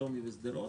שלומי ושדרות.